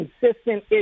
consistent